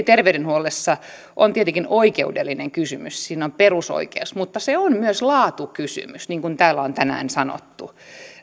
terveydenhuollossa tietenkin oikeudellinen kysymys siinä on perusoikeus mutta se on myös laatukysymys niin kuin täällä on tänään sanottu